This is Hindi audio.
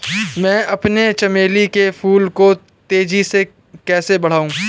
मैं अपने चमेली के फूल को तेजी से कैसे बढाऊं?